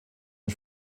der